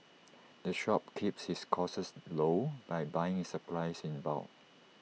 the shop keeps its costs low by buying its supplies in bulk